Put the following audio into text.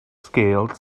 scaled